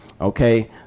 okay